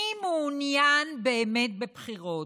מי מעוניין באמת בבחירות?